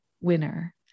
winner